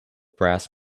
brass